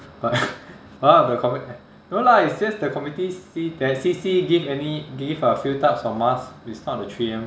my my one the com~ no lah it's just the committee C~ the C_C give any give a few types of masks but it's not the three M